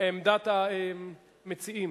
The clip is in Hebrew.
עמדת המציעים?